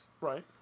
Right